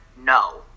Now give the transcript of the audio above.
no